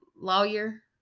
Lawyer